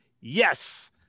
Yes